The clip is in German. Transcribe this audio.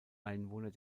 einwohner